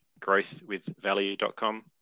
Growthwithvalue.com